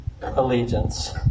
allegiance